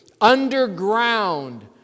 underground